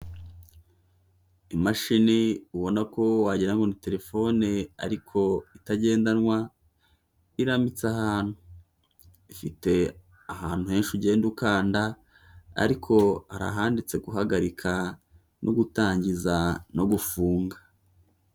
Imashini ubona ko wagira ngo ni telefone ariko itagendanwa irambitse ahantu, ifite ahantu henshi ugenda ukanda, ariko hari ahanditse guhagarika no gutangiza no gufunga.